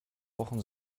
wochen